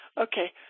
Okay